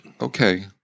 Okay